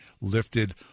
lifted